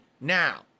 now